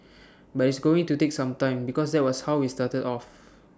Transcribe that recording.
but it's going to take some time because that was how we started off